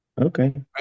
Okay